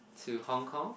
to Hong Kong